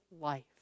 life